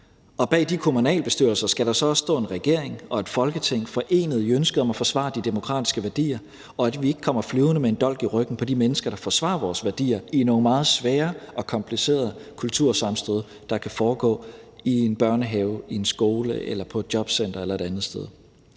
Og bag de kommunalbestyrelser skal der så også stå en regering og et Folketing forenet i ønsket om at forsvare de demokratiske værdier, så vi ikke kommer flyvende med en dolk i ryggen på de mennesker, der forsvarer vores værdier i nogle meget svære og komplicerede kultursammenstød, der kan foregå i en børnehave, på en skole, på et jobcenter eller et andet sted.